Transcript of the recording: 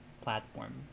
platform